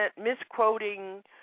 misquoting